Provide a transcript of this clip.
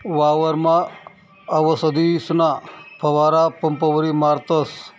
वावरमा आवसदीसना फवारा पंपवरी मारतस